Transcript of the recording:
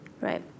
right